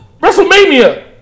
WrestleMania